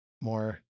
more